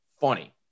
funny